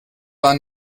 war